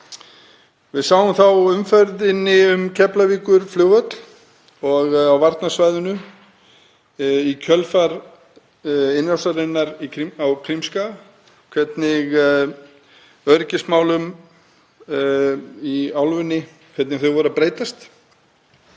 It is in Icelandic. Við sáum þá á umferðinni um Keflavíkurflugvöll og á varnarsvæðinu í kjölfar innrásarinnar á Krímskaga hvernig öryggismálin í álfunni voru að breytast.